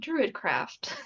Druidcraft